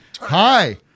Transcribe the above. Hi